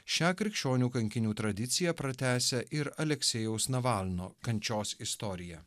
šią krikščionių kankinių tradiciją pratęsia ir aleksejaus navalno kančios istorija